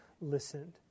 listened